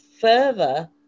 further